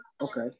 okay